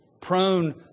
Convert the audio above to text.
prone